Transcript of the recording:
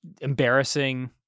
embarrassing